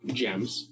gems